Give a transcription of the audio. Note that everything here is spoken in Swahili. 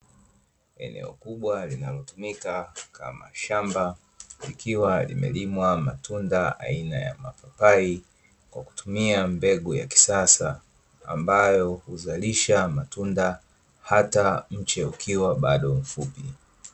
Eneo kubwa linalotumika kama shamba likiwa limelimwa matunda aina ya mapapai kwa kutumia mbegu ya kisasa ambayo huzalisha matunda hata mche ukiwa bado mfupi.